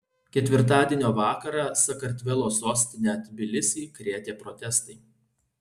ketvirtadienio vakarą sakartvelo sostinę tbilisį krėtė protestai